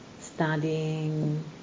studying